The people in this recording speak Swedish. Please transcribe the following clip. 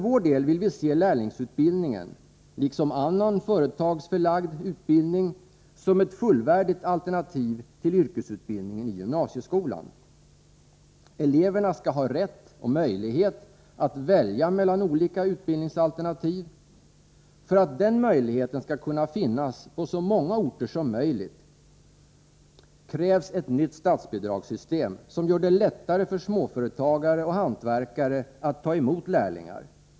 Vi vill se lärlingsutbildningen, liksom annan företagsförlagd utbildning, som ett fullvärdigt alternativ till yrkesutbildningen i gymnasieskolan. Eleverna skall ha rätt och möjlighet att välja mellan olika utbildningsalternativ. För att det skall gälla på så många orter som möjligt krävs ett nytt statsbidragssystem, som gör det lättare för småföretagare och hantverkare att ta emot lärlingar.